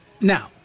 now